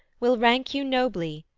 will rank you nobly,